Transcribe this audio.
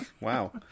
Wow